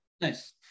Nice